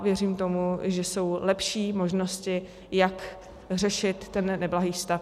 Věřím tomu, že jsou lepší možnosti, jak řešit ten neblahý stav.